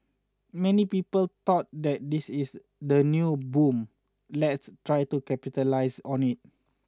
many people thought that this is the new boom let's try to capitalise on it